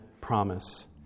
promise